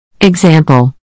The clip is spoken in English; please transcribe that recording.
Example